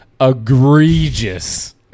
egregious